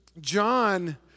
John